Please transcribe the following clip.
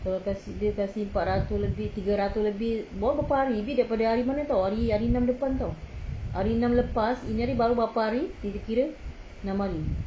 kalau kasih dia kasih empat ratus lebih tiga ratus lebih baru berapa hari baby daripada hari mana [tau] hari enam depan [tau] hari enam lepas ni hari baru berapa hari kira-kira enam hari